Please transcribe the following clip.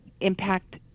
impact